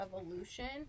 evolution